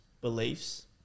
beliefs